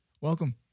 welcome